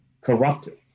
corrupted